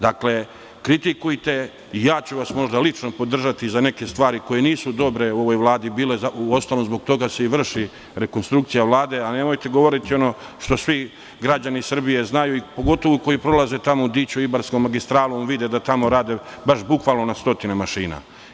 Dakle, kritikujte i ja ću vas možda lično podržati za neke stvari koje nisu bile dobre u ovoj Vladi, uostalom zbog toga se i vrši rekonstrukcija Vlade, a nemojte govoriti ono što svi građani Srbije znaju, pogotovu koji prolaze tamo Ibarskom magistralom, vide da tamo rade, baš bukvalno na stotine mašina.